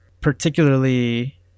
particularly